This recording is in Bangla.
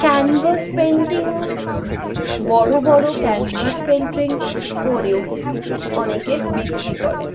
ক্যানভাস পেন্টিংও বড়ো বড়ো ক্যানভাস পেন্টিং করেও অনেকে বিক্রি করে